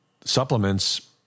supplements